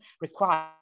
require